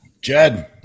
Jed